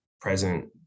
present